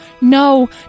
no